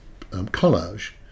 collage